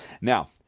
Now